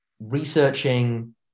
researching